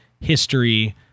history